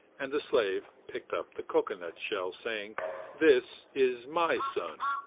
and the slave picked up the cocoanut shell, saying this is my sun.